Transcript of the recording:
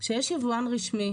כשיש יבואן רשמי,